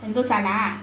sentosa lah